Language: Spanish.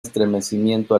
estremecimiento